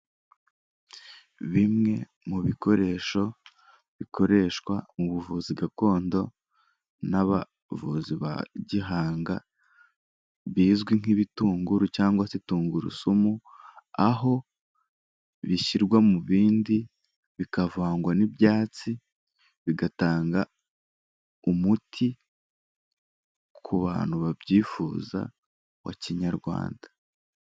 Bimwe mu bikoresho bikoreshwa mu buvuzi gakondo n'abavuzi ba gihanga, bizwi nk'ibitunguru cyangwa se tungurusumu, aho bishyirwa mu bindi bikavangwa n'ibyatsi, bigatanga umuti ku bantu babyifuza wa kinyarwanda.